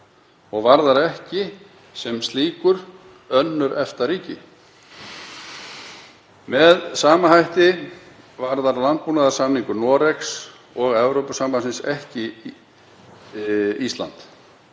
og varðar ekki sem slíkur önnur EFTA-ríki. Með sama hætti varðar landbúnaðarsamningur Noregs og Evrópusambandsins ekki Ísland